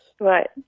Right